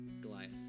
Goliath